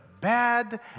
bad